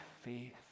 faith